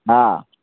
हँ